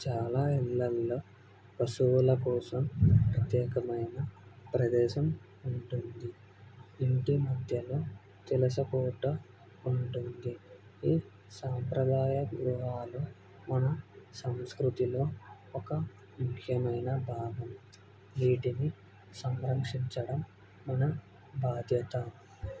చాలా ఇళ్లల్లో పశువుల కోసం ప్రత్యేకమైన ప్రదేశం ఉంటుంది ఇంటి మధ్యలో తులసికోట ఉంటుంది ఈ సాంప్రదాయ గృహాలు మన సంస్కృతిలో ఒక ముఖ్యమైన భాగం వీటిని సంరక్షించడం మన బాధ్యత